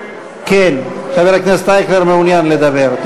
כן, חבר הכנסת אייכלר מעוניין לדבר.